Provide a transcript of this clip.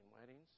weddings